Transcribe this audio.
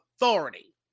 authority